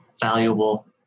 valuable